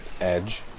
Edge